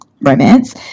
romance